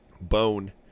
bone